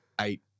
eight